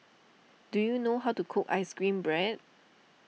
do you know how to cook Ice Cream Bread